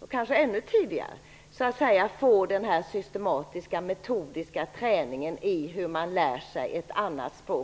och kanske ännu tidigare, får systematisk och metodisk träning i att lära sig ett annat språk?